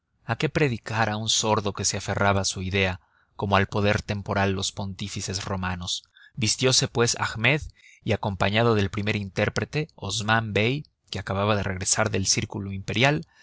a qué predicar a un sordo que se aferraba a su idea como al poder temporal los pontífices romanos vistiose pues ahmed y acompañado del primer intérprete osmán bey que acababa de regresar del círculo imperial